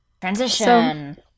Transition